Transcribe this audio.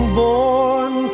born